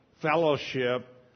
fellowship